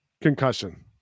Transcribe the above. concussion